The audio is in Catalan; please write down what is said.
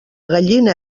gallina